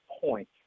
point